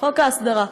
חוק ההסדרה.